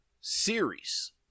series